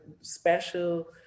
special